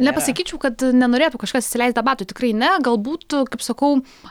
nepasakyčiau kad nenorėtų kažkas įsileist debatų tikrai ne galbūt kaip sakau